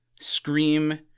Scream